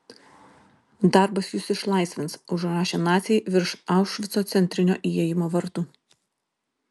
darbas jus išlaisvins užrašė naciai virš aušvico centrinio įėjimo vartų